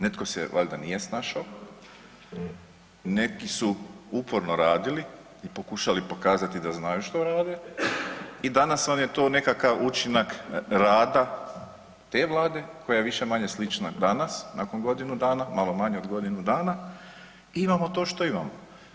Netko se valjda nije snašao, neki su uporno radili i pokušali pokazati da znaju što rade i danas vam je to nekakav učinak rada te Vlade koja je više-manje slična danas nakon godinu dana, malo manje od godinu dana i imamo to što imamo.